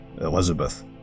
Elizabeth